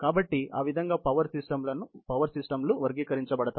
కాబట్టి ఆవిధంగా power systems వర్గీకరించబడతాయి